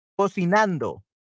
cocinando